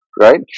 right